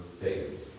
pagans